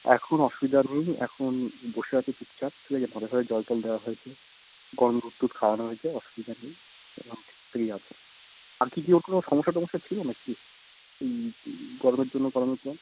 এখন অসুবিধা নেই এখন বসে আছে চুপচাপ ঠিক আছে মাথায় ফাতায় জল টল দেওয়া হয়েছে গরম দুধ টুধ খাওয়ানো হয়েছে অসুবিধা নেই এখন ঠিকঠাকই আছে আর কি কী ওর কোনও সমস্যা টমস্যা ছিল না কি গরমের জন্য কোনও প্রবলেম